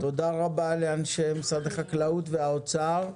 תודה רבה לאנשי משרד החקלאות והאוצר.